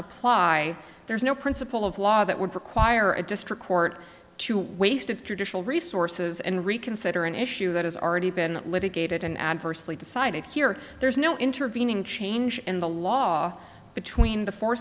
apply there's no principle of law that would require a district court to waste its traditional resources and reconsider an issue that has already been litigated and adversely decided here there's no intervening change in the law between